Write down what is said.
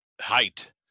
height